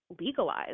legalize